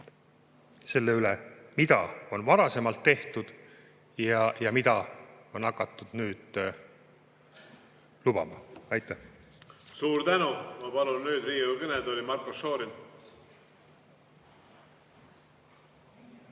selle üle, mida on varasemalt tehtud ja mida on hakatud nüüd lubama. Aitäh! Suur tänu! Ma palun nüüd Riigikogu kõnetooli Marko Šorini!